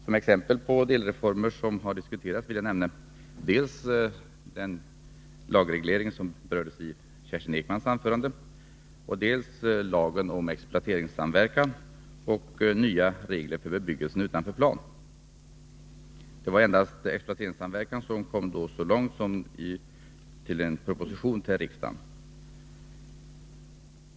Som exempel på delreformer som har diskuterats vill jag nämna dels den lagreglering som Kerstin Ekman berörde, dels lagen om exploateringssamverkan och nya regler för bebyggelse utanför plan. Det var endast frågorna om exploateringssamverkan som kom så långt som till en proposition i riksdagen.